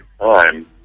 time